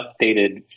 updated